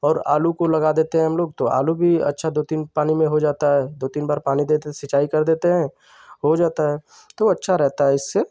और आलू को लगा देते हैं हम लोग तो आलू भी अच्छा दो तीन पानी में हो जाता है दो तीन बार पानी देते हैं सिंचाई कर देते हैं हो जाता है तो अच्छा रहता है इससे